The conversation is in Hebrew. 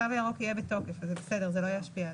התו הירוק יהיה בתוקף וזה לא ישפיע.